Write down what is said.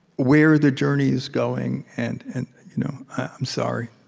where the journey is going and and you know i'm sorry,